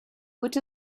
which